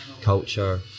culture